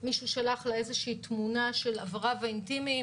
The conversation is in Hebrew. מישהו שלח לה איזושהי תמונה של אבריו האינטימיים.